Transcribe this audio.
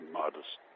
modest